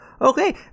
Okay